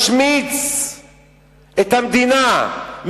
משמיץ את המדינה,